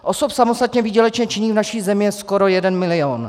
Osob samostatně výdělečně činných je v naší zemi skoro jeden milion.